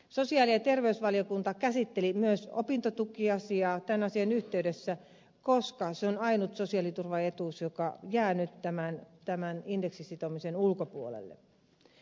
sosiaali ja terveysvaliokunta käsitteli myös opintotukiasiaa tämän asian yhteydessä koska se on ainut sosiaaliturvaetuus joka nyt jää indeksiin sitomisen ulkopuolelle